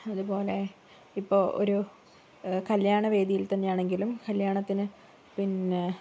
അതുപോലെ ഇപ്പോൾ ഒരു കല്ല്യാണ വേദിയിൽത്തന്നെയാണെങ്കിലും കല്ല്യാണത്തിന് പിന്നെ